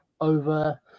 over